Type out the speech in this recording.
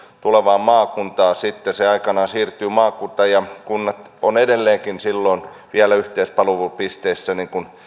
tulevaa maakuntaa sitten se aikanaan siirtyy maakuntaan ja kunnat ovat edelleenkin silloin vielä yhteispalvelupisteissä